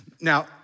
Now